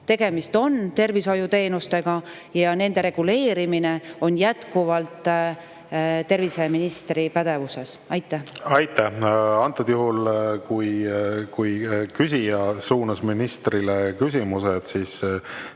Tegemist on tervishoiuteenustega ja nende reguleerimine on jätkuvalt terviseministri pädevuses. Aitäh! Antud juhul, kui küsija suunas küsimused